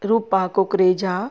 Rupa Kukreja